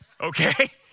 Okay